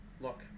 look